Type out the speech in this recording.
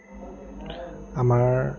আমাৰ